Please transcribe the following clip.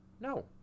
No